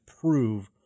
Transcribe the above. prove